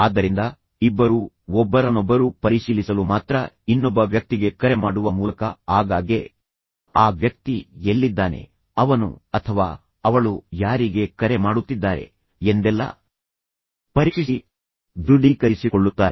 ಆದ್ದರಿಂದ ಇಬ್ಬರೂ ಒಬ್ಬರನೊಬ್ಬರು ಪರಿಶೀಲಿಸಲು ಮಾತ್ರ ಇನ್ನೊಬ್ಬ ವ್ಯಕ್ತಿಗೆ ಕರೆ ಮಾಡುವ ಮೂಲಕ ಆಗಾಗ್ಗೆ ಆ ವ್ಯಕ್ತಿ ಎಲ್ಲಿದ್ದಾನೆ ಅವನು ಏನು ಮಾಡುತ್ತಿದ್ದಾನೆ ಅವನು ಅಥವಾ ಅವಳು ಯಾರಿಗೆ ಕರೆ ಮಾಡುತ್ತಿದ್ದಾರೆ ಎಂದೆಲ್ಲ ಪರೀಕ್ಷಿಸಿ ಧೃಡೀಕರಿಸಿಕೊಳ್ಳುತ್ತಾರೆ